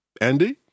Andy